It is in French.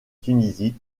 tunisie